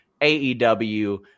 AEW